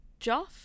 Joff